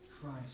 Christ